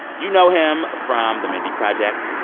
you know him from the mindy project.